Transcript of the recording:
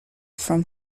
from